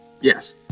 yes